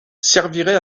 servirait